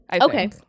Okay